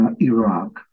Iraq